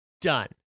done